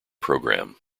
programme